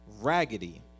raggedy